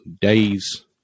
days